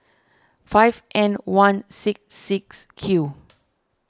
five N one C six Q